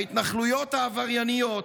ההתנחלויות העברייניות,